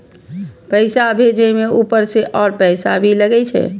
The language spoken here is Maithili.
पैसा भेजे में ऊपर से और पैसा भी लगे छै?